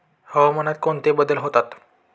हवामानात कोणते बदल होतात?